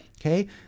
Okay